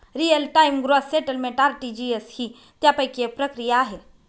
real time gross settlement RTGS ही त्यापैकी एक प्रक्रिया आहे